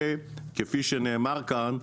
כפי שנאמר כאן,